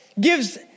gives